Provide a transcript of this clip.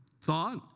thought